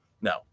No